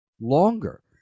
longer